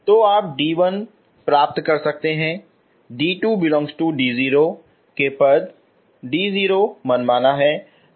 तो आप d1 प्रपट कर सकते हैं d2∈d0 के पद d0 मनमाना है